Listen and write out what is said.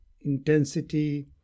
intensity